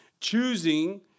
choosing